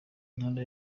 intara